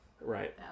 Right